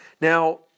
Now